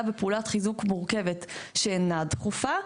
בפעולת חיזוק מורכבת שאינה דחופה,